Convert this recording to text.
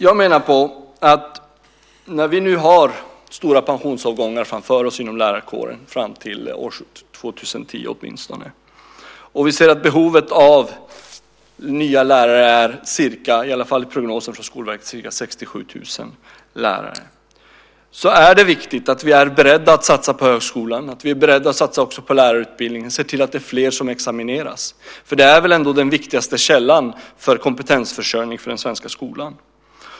Vi har nu har stora pensionsavgångar framför oss inom lärarkåren fram till åtminstone 2010, och vi ser att det finns ett behov - det är i alla fall prognosen från Skolverkets sida - av 67 000 nya lärare. Därför är det viktigt att vi är beredda att satsa på högskolan, att vi är beredda att satsa också på lärarutbildningen och ser till att fler lärare examineras, för de är väl ändå den viktigaste källan för kompetensförsörjning för den svenska skolan?